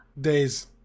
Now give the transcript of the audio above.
Days